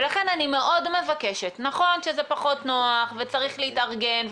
ולכן אני מאוד מבקשת נכון שזה פחות נוח וצריך להתארגן,